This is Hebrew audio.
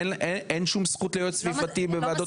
אין שום זכות ליועץ סביבתי בוועדות תכנון ובנייה.